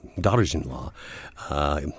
daughters-in-law